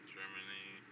Germany